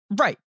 Right